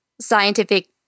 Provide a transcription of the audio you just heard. scientific